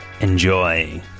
Enjoy